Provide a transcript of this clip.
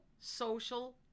social